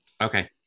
okay